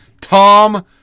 Tom